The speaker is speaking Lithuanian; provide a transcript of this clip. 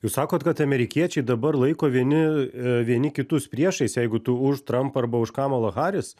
jūs sakot kad amerikiečiai dabar laiko vieni vieni kitus priešais jeigu tu už trampą arba už kamalą harris